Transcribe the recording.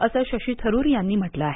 असं शशी थरूर यांनी म्हटलं आहे